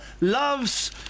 Loves